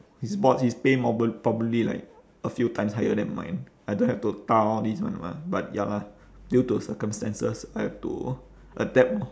he's bought his pay more probably like a few times higher than mine I don't have to ta all this [one] mah but ya lah due to circumstances I have to adapt orh